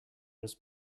was